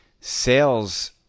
sales